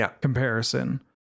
Comparison